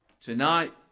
tonight